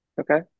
Okay